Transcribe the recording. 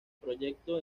proyecto